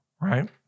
right